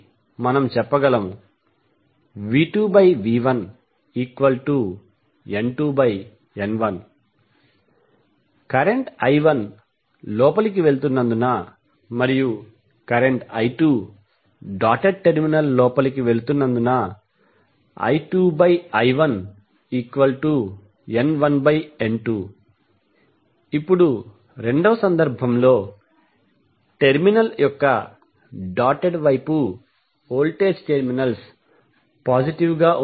కాబట్టి మనము చెప్పగలను V2V1N2N1 కరెంట్ I1 లోపలికి వెళుతున్నందున మరియు కరెంట్ I2 డాటెడ్ టెర్మినల్ వెలుపల వెళుతున్నందున I2I1N1N2 ఇప్పుడు రెండవ సందర్భంలో టెర్మినల్ యొక్క డాటెడ్ వైపు వోల్టేజ్ టెర్మినల్స్ పాజిటివ్ గా ఉంటాయి